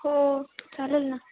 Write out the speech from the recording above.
हो चालेल ना